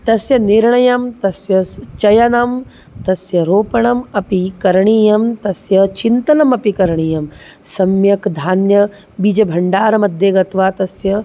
तस्य निर्णयं तस्यस् चयनं तस्य रोपणम् अपि करणीयं तस्य चिन्तनमपि करणीयं सम्यक् धान्यं बीजभण्डारमध्ये गत्वा तस्य